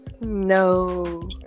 no